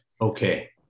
Okay